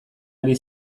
ari